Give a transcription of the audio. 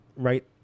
right